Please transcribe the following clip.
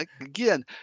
again